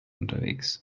unterwegs